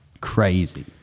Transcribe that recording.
Crazy